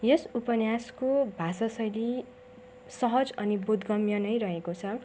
यस उपन्यासको भाषाशैली सहज अनि बोधगम्य नै रहेको छ